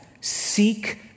Seek